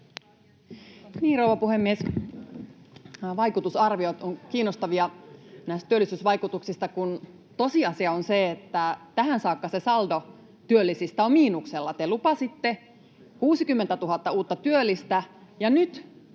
Rouva puhemies! Vaikutusarviot ovat kiinnostavia näistä työllisyysvaikutuksista, kun tosiasia on se, että tähän saakka saldo työllisistä on miinuksella. Te lupasitte 60 000 uutta työllistä, ja nyt